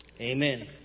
Amen